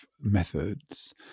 methods